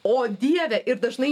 o dieve ir dažnai